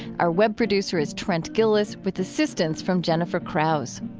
our web producer is trent gilliss, with assistance from jennifer krause.